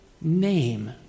name